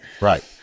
Right